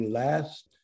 last